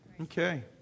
Okay